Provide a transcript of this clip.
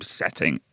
setting